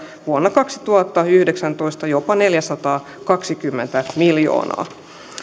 vuonna kaksituhattayhdeksäntoista jopa neljäsataakaksikymmentä miljoonaa